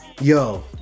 yo